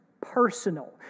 personal